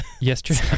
yesterday